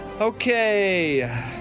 Okay